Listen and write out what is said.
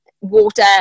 water